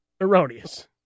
erroneous